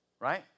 Right